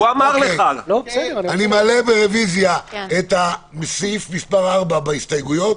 אני מעלה ברביזיה את סעיף מס' 4 בהסתייגויות,